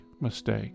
mistake